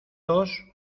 dos